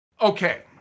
Okay